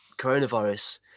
coronavirus